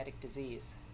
disease